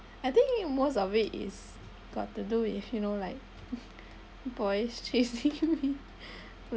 I think most of it is got to do if you know like boys chasing me